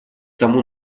тому